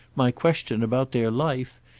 my question about their life.